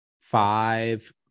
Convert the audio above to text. five